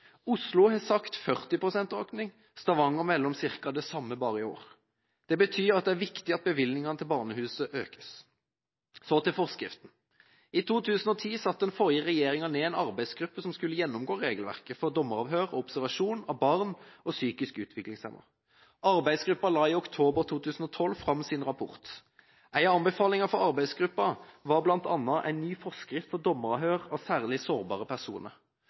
Oslo har sagt 40 pst. økning, Stavanger melder om ca. det samme bare i år. Det betyr at det er viktig at bevilgningene til barnehusene økes. Så til forskriften: I 2010 satte den forrige regjeringa ned en arbeidsgruppe som skulle gjennomgå regelverket vedrørende dommeravhør og observasjon av barn og psykisk utviklingshemmede. Arbeidsgruppa la i oktober 2012 fram sin rapport. En av anbefalingene fra arbeidsgruppa var bl.a. en ny forskrift for dommeravhør av særlig sårbare personer.